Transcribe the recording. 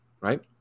Right